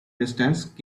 distance